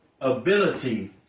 ability